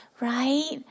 right